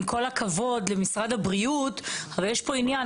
עם כל הכבוד למשרד הבריאות, הרי יש פה עניין.